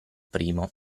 primo